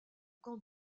camp